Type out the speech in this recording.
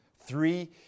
Three